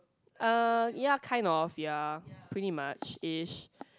uh ya kind of ya pretty much ish